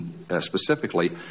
specifically